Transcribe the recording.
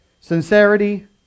Sincerity